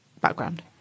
background